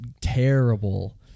terrible